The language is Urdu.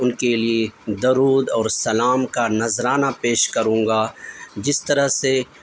ان کے لیے درود اور سلام کا نظرانہ پیش کروں گا جس طرح سے